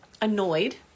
annoyed